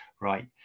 right